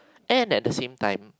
and at the same time